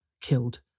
killed